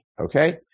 Okay